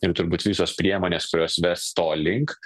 ir turbūt visos priemonės kurios ves to link